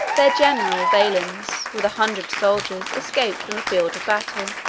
their general, valens, with a hundred soldiers, escaped from the field of battle